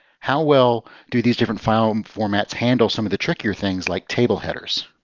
how well do these different file um formats handle some of the trickier things like table headers?